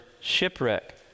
shipwreck